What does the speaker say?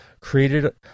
created